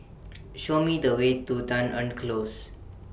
Show Me The Way to Dunearn Close